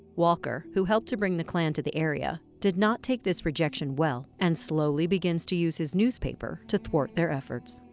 walker, who helped to bring the klan to the area, did not take rejection well and slowly begins to use his newspaper to thwart their efforts.